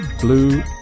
Blue